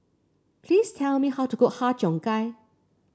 please tell me how to cook Har Cheong Gai